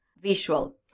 visual